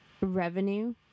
revenue